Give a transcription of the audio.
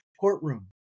courtroom